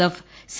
F C